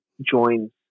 join